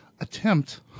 Attempt